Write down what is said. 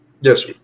Yes